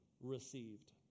received